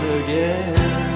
again